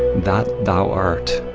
that thou art.